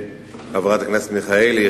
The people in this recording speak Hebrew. חברת הכנסת מיכאלי,